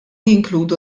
jinkludu